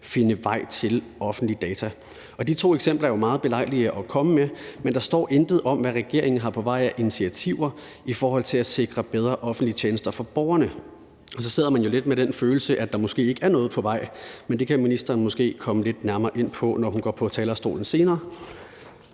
finde vej til offentlige data, og de to eksempler er jo meget belejlige at komme med. Men der står intet om, hvad regeringen har på vej af initiativer i forhold til at sikre bedre offentlige tjenester for borgerne, og så sidder man jo lidt med den følelse, at der måske ikke er noget på vej. Men det kan ministeren måske komme lidt nærmere ind på, når hun senere går på talerstolen.